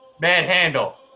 Manhandle